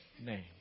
name